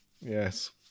Yes